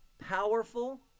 powerful